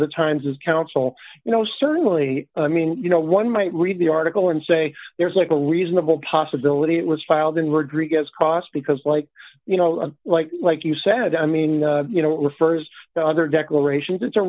the times is counsel you know certainly i mean you know one might read the article and say there's like a reasonable possibility it was filed in rodrigo's cross because like you know like like you said i mean you know refers to other declarations it's a